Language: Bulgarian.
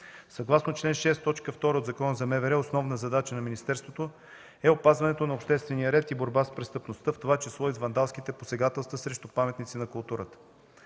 Съгласно чл. 6, т. 2 от Закона за МВР основна задача на министерството е опазването на обществения ред и борба с престъпността, в това число и с вандалските посегателства срещу паметници на културата.